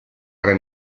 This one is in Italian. tre